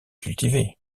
cultivée